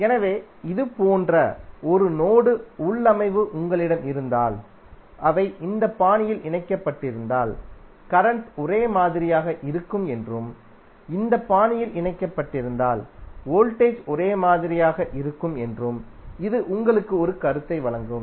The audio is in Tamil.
எனவே இது போன்ற ஒரு நோடு உள்ளமைவு உங்களிடம் இருந்தால் அவை இந்த பாணியில் இணைக்கப்பட்டிருந்தால் கரண்ட் ஒரே மாதிரியாக இருக்கும் என்றும் இந்த பாணியில் இணைக்கப்பட்டிருந்தால் வோல்டேஜ் ஒரே மாதிரியாக இருக்கும் என்றும் இது உங்களுக்கு ஒரு கருத்தை வழங்கும்